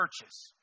churches